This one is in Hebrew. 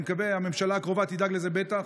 אני מקווה, הממשלה הקרובה תדאג לזה בטח,